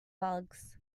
bugs